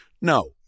no